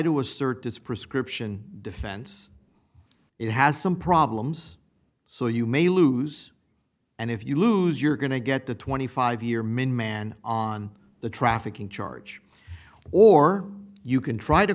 to assert this prescription defense it has some problems so you may lose and if you lose you're going to get the twenty five year min man on the trafficking charge or you can try to